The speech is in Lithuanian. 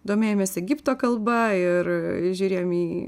domėjomės egipto kalba ir žiūrėjom į